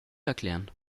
erklären